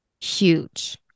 huge